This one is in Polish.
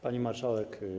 Pani Marszałek!